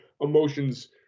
emotions